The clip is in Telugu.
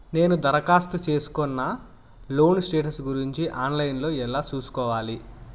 నేను దరఖాస్తు సేసుకున్న లోను స్టేటస్ గురించి ఆన్ లైను లో ఎలా సూసుకోవాలి?